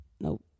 nope